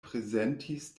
prezentis